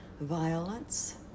violence